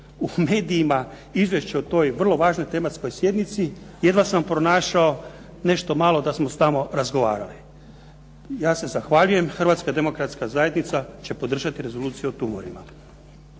u medijima o toj vrlo važnoj tematskoj sjednici, jedva sam pronašao nešto malo da smo se tamo razgovarali. Ja se zahvaljujem. Hrvatska demokratska zajednica će podržati Rezoluciju o tumorima.